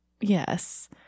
Yes